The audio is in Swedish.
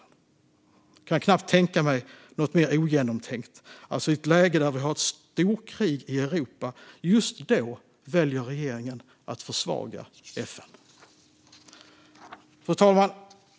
Jag kan knappt tänka mig något mer ogenomtänkt. Just i ett läge när vi har ett storkrig i Europa väljer regeringen att försvaga FN. Fru talman!